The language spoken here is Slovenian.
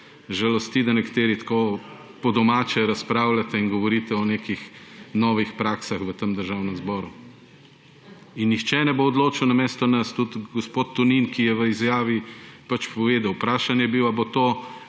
žalosti, da nekateri tako po domače razpravljate in govorite o nekih novih praksah v tem državnem zboru. In nihče ne bo odločil namesto nas. Tudi gospod Tonin, ki je v izjavi povedal, vprašan je bil,